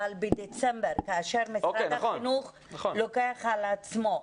אבל בדצמבר כאשר משרד החינוך לוקח על עצמו,